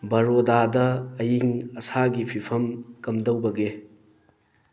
ꯕꯔꯣꯗꯥꯗ ꯑꯌꯤꯡ ꯑꯁꯥꯒꯤ ꯐꯤꯕꯝ ꯀꯝꯗꯧꯕꯒꯦ